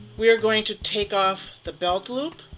we are going to take off the belt loop,